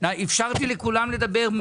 אפשרתי לכולם לדבר,